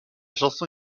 chanson